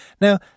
Now